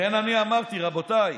לכן אני אמרתי, רבותיי,